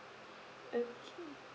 okay